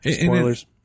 Spoilers